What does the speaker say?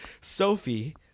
Sophie